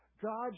God